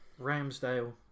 Ramsdale